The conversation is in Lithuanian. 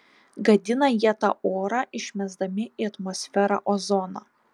gadina jie tą orą išmesdami į atmosferą ozoną